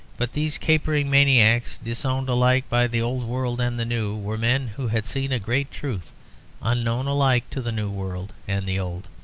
but these capering maniacs, disowned alike by the old world and the new, were men who had seen a great truth unknown alike to the new world and the old.